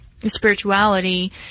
spirituality